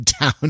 down